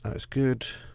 ah it's good.